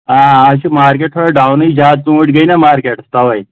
آ آز چھِ مارکٮ۪ٹ تھوڑا ڈاونٕے زیٛادٕ ژوٗنٛٹھۍ گٔے نا مارکٮ۪ٹس تَوَے